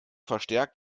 verstärkt